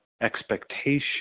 expectation